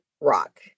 rock